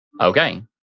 Okay